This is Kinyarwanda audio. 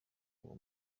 uwo